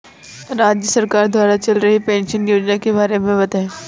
राज्य सरकार द्वारा चल रही पेंशन योजना के बारे में बताएँ?